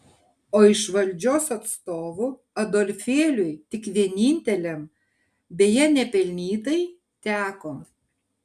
o iš valdžios atstovų adolfėliui tik vieninteliam beje nepelnytai teko